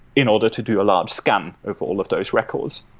in order to do a large scan of all of those records.